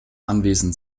anwesend